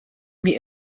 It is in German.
mir